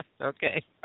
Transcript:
Okay